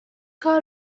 کار